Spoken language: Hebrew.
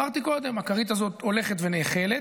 אמרתי קודם, הכרית הזאת הולכת ונאכלת,